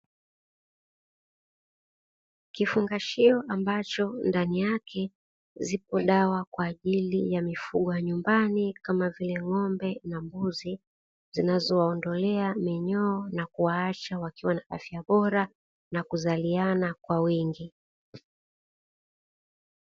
Kifungashio ambacho ndani yake zipo dawa kwaajili ya mifugo ya nyumbani kama vile: ng'ombe na mbuzi zinazowaondolea minyoo na kuwaacha wakiwa na afya bora na kuzaliana kwa wingi.